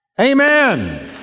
Amen